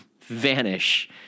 vanish